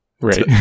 Right